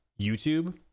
YouTube